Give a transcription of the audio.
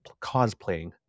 cosplaying